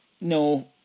No